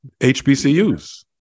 HBCUs